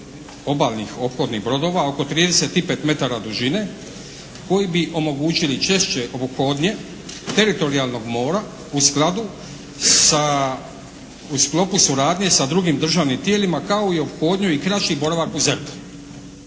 obalnih ophodnih brodova oko trideset i pet metara dužine koji bi omogućili češće ophodnje teritorijalnog mora u skladu sa, u sklopu suradnje sa drugim državnim tijelima kao i ophodnju i kraći boravak u ZERP-u.